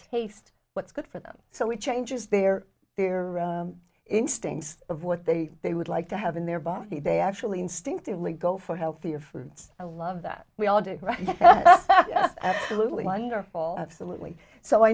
taste what's good for them so it changes their their instincts of what they they would like to have in their body they actually instinctively go for healthier foods i love that we all do a little wonderful absolutely so i